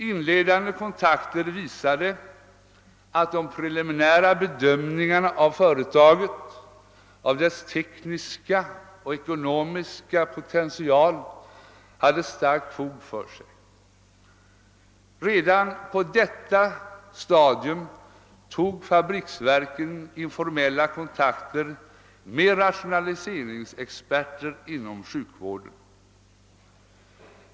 Inledande kontakter visade att den preliminära bedömningen av företaget, av dess tekniska och ekonomiska potential, hade starkt fog för sig. Redan på detta stadium tog fabriksverken informella kontakter med rationaliseringsexperter inom sjukvården.